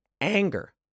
anger